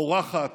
פורחת,